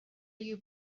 you